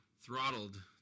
throttled